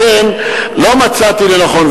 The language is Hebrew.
לכן לא מצאתי לנכון,